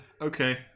Okay